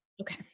Okay